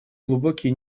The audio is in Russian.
глубокий